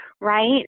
right